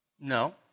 No